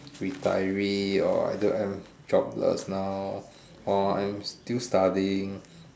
retiree or I don't have jobless now or I'm still studying